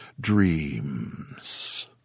dreams